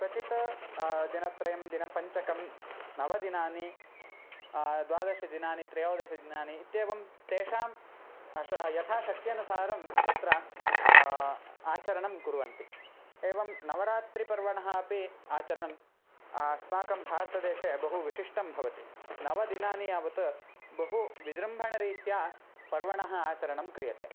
क्वचित् दिनत्रयं दिनपञ्चकं नवदिनानि द्वादशदिनानि त्रयोदशदिनानि इत्येवं तेषां यथा शक्त्यनुसारं तत्र आचरणं कुर्वन्ति एवं नवरात्रिपर्वणः अपि आचरणम् अस्माकं भारतदेशे बहु विशिष्टं भवति नवदिनानि यावत् बहु विजृम्भणरीत्या पर्वणः आचरणं क्रियते